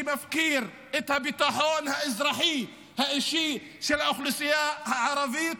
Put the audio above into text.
שמפקיר את הביטחון האזרחי האישי של האוכלוסייה הערבית,